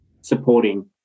supporting